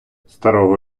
старого